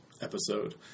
episode